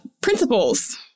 Principles